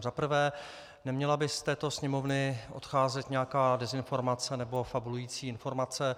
Za prvé: Neměla by z této Sněmovny odcházet nějaká dezinformace, nebo fabulující informace.